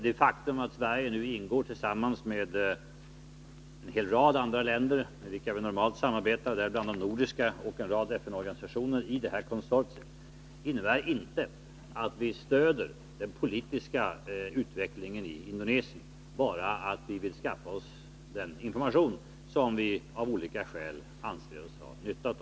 Det faktum att Sverige nu— tillsammans med en rad FN-organisationer och en hel rad länder med vilka vi normalt samarbetar, däribland de nordiska — ingår i detta konsortium innebär inte att vi stöder den politiska utvecklingen i Indonesien. Vi är med i organisationen för att kunna skaffa oss den information som vi av olika skäl anser oss ha nytta av.